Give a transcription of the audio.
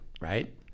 Right